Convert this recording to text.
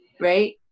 Right